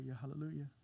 hallelujah